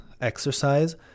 exercise